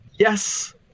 Yes